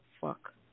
Fuck